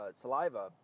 saliva